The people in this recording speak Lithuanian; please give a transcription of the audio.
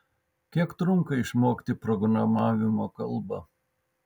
kiek trunka išmokti programavimo kalbą